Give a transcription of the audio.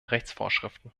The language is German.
rechtsvorschriften